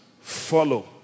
follow